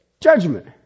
judgment